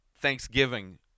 thanksgiving